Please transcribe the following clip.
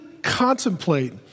contemplate